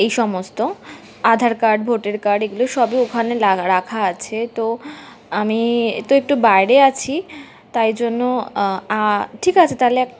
এই সমস্ত Aadhaar card voter card এগুলো সবই ওখানে লাগা রাখা আছে তো আমি তো একটু বাইরে আছি তাই জন্য ঠিক আছে তাহলে এক